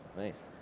nice,